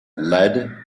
lead